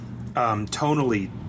tonally